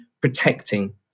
protecting